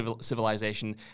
civilization